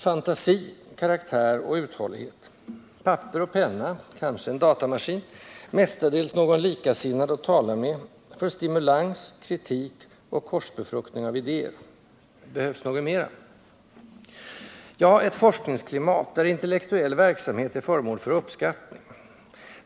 Fantasi, karaktär och uthållighet. Papper och penna, kanske en datamaskin, mestadels någon likasinnad att tala med, för stimulans, kritik och korsbefruktning av idéer. Behövs något mera? Ja, ett forskningsklimat där intellektuell verksamhet är föremål för uppskattning.